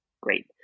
Great